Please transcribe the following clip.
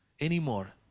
anymore